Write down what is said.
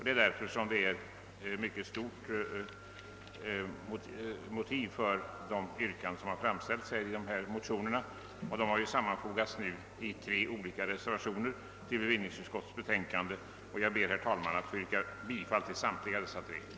Det föreligger därför mycket starka motiv för de yrkanden som framställts i dessa motioner och som nu sammanförts i tre reservationer till bevillningsutskottets betänkande. Jag ber, herr talman, att få yrka bifall till samtliga dessa reservationer.